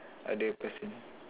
other person